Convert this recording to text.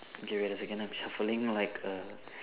okay wait a second I'm shuffling like a